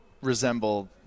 resemble